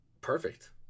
Perfect